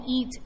eat